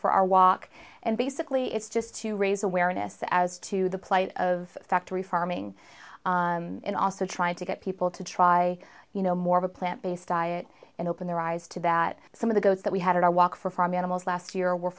for our walk and basically it's just to raise awareness as to the plight of factory farming and also trying to get people to try you know more of a plant based diet and open their eyes to that some of the goats that we had in our walk for farm animals last year were